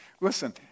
Listen